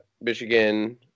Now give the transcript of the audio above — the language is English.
Michigan